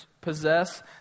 possess